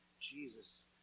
Jesus